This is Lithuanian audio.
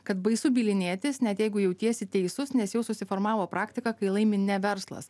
kad baisu bylinėtis net jeigu jautiesi teisus nes jau susiformavo praktika kai laimi ne verslas